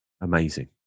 Amazing